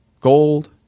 gold